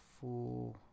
four